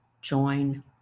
join